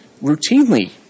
routinely